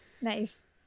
Nice